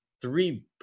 three